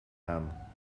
aan